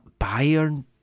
Bayern